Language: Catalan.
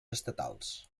estatals